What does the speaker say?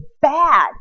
bad